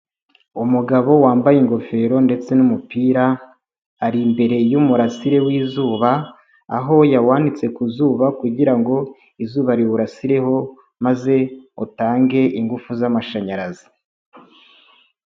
Umugabo wambaye ingofero ndetse n'umupira, ari imbere y'umurarasire w'izuba, aho yamitse ku zuba kugira ngo izuba riwurarasireho maze utange ingufu z'amashanyarazi.